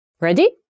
Ready